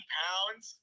pounds